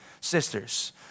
Sisters